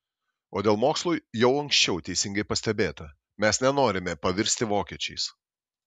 o dėl mokslų jau anksčiau teisingai pastebėta mes nenorime pavirsti vokiečiais